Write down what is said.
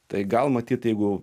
tai gal matyt jeigu